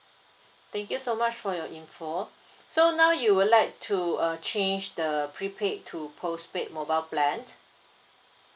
thank you so much for your info so now you would like to uh change the prepaid to postpaid mobile plan